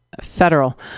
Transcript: federal